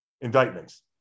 indictments